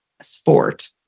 sport